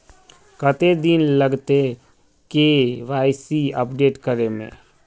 कते दिन लगते के.वाई.सी अपडेट करे में?